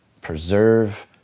preserve